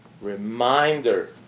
reminder